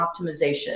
optimization